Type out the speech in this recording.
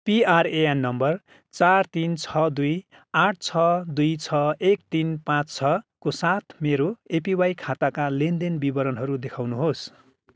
PRAN number चार तिन छ दुई आठ छ दुई छ एक तिन पाँच छको साथ मेरो एपिवाई खाताका लेनदेन विवरणहरू देखाउनुहोस्